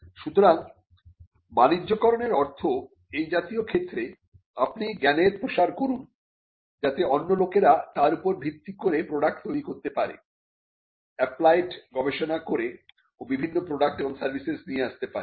সুতরাং বাণিজ্যকরনের অর্থ এই জাতীয় ক্ষেত্রে আপনি জ্ঞানের প্রসার করুন যাতে অন্য লোকেরা তার উপর ভিত্তি করে প্রডাক্ট তৈরি করতে পারে অ্যাপ্লায়েড গবেষণা করে ও বিভিন্ন প্রোডাক্ট এবং সার্ভিসেস নিয়ে আসতে পারে